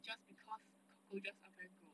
just because cockroaches are very gross